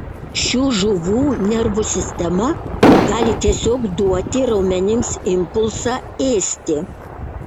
šių žuvų nervų sistema gali tiesiog duoti raumenims impulsą ėsti